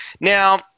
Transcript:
Now